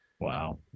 Wow